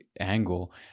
angle